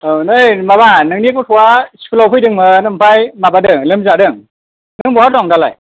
औ नै माबा नोंनि गथ'आ स्कुलाव फैदोंमोन ओमफ्राइ माबादों लोमजादों नों बहा दं दालाय